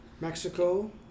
Mexico